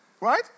Right